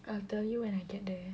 I'll tell you when I get there